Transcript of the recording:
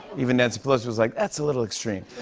even nancy pelosi was like, that's a little extreme.